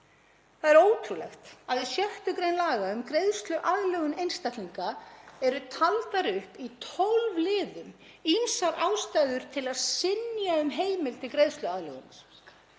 Það er ótrúlegt að í 6. gr. laga um greiðsluaðlögun einstaklinga eru taldar upp í 12 liðum ýmsar ástæður til að synja um heimild til greiðsluaðlögunar